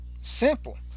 Simple